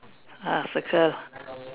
ah circle